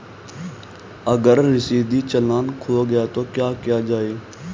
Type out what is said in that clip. अगर रसीदी चालान खो गया तो क्या किया जाए?